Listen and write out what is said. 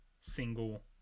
single